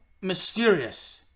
mysterious